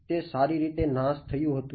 તે સારી રીતે નાશ થયું હતું